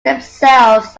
themselves